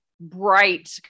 bright